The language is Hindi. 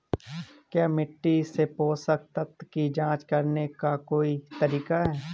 क्या मिट्टी से पोषक तत्व की जांच करने का कोई तरीका है?